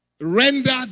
Render